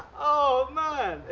oh man,